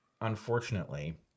unfortunately